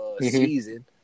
season